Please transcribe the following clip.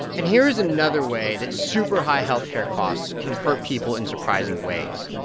and here's another way that super-high health care costs can hurt people in surprising ways.